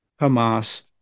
Hamas